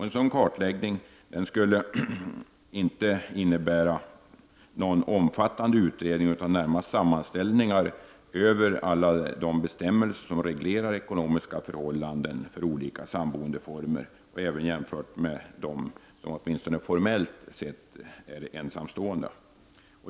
En sådan kartläggning skulle inte innebära någon omfattande utredning, utan närmast vara sammanställningar över alla de bestämmelser som reglerar ekonomiska förhållanden för olika samboendeformer och även utgöra en jämförelse med dem som åtminstone formellt är ensamstående.